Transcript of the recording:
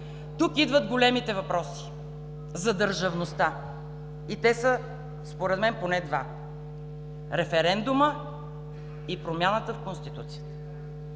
тук идват големите въпроси за държавността и те са според мен поне два: референдумът и промяната в Конституцията.